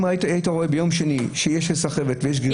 אם היית רואה ביום שני שיש סחבת ויש גרירת